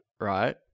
right